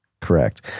correct